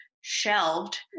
shelved